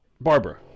Barbara